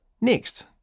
Next